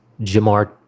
Jamar